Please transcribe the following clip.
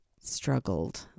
struggled